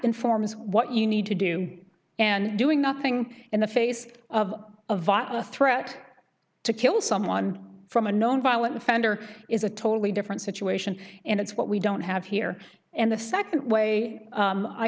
informs what you need to do and doing nothing in the face of a vata threat to kill someone from a known violent offender is a totally different situation and it's what we don't have here and the nd way